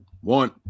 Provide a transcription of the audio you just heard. One